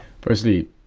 Firstly